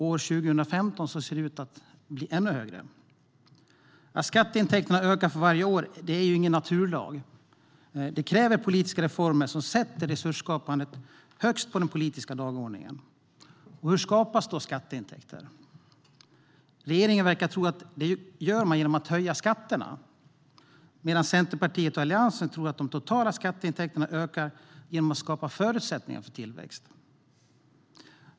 För år 2015 ser det ut att bli ännu högre. Att skatteintäkterna ökar för varje år är ingen naturlag. Det kräver politiska reformer som sätter resursskapandet högst på den politiska dagordningen. Hur skapas då skatteintäkter? Regeringen verkar tro att det sker genom att man höjer skatterna, medan Centerpartiet och Alliansen tror att de totala skatteintäkterna ökar genom att man skapar förutsättningar för tillväxt.